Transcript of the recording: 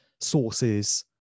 sources